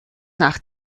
nach